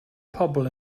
pobl